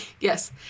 Yes